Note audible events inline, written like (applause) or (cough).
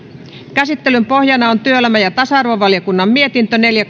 käsittelyn pohjana on työelämä ja tasa arvovaliokunnan mietintö neljä (unintelligible)